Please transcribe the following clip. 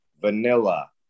Vanilla